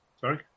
Sorry